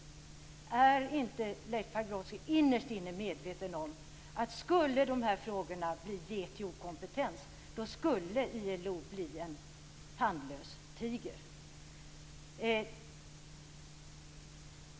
Är inte Leif Pagrotsky innerst inne medveten om att om de här frågorna skulle bli WTO-kompetens skulle ILO bli en tandlös tiger?